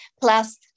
plus